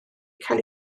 cael